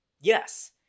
yes